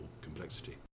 complexity